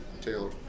Taylor